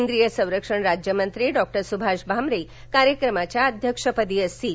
केंद्रीय संरक्षण राज्यमंत्री डॉ सुभाष भामरे कार्यक्रमाच्या अध्यक्षस्थानी असतील